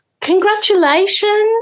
congratulations